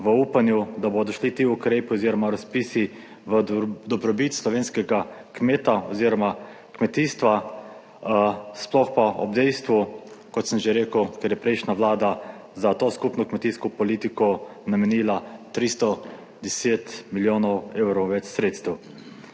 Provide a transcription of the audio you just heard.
v upanju, da bodo šli ti ukrepi oziroma razpisi v dobrobit slovenskega kmeta oziroma kmetijstva, sploh pa ob dejstvu, kot sem že rekel, ker je prejšnja Vlada za to skupno kmetijsko politiko namenila 310 milijonov evrov več sredstev.